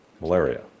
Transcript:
malaria